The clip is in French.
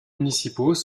municipaux